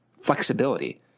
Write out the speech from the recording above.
flexibility